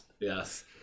Yes